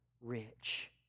rich